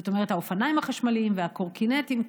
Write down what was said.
זאת אומרת האופניים החשמליים והקורקינטים,